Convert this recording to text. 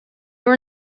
were